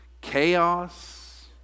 chaos